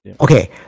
Okay